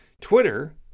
Twitter